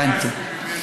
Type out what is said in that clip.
הבנתי.